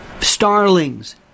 Starlings